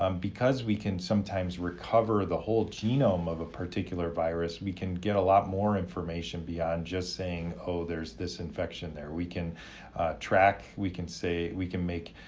um because we can sometimes recover the whole genome of a particular virus, we can get a lot more information beyond just saying, oh there's this infection there, we can track, we can say, we can make